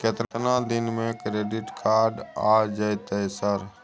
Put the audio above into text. केतना दिन में क्रेडिट कार्ड आ जेतै सर?